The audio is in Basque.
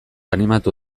animatu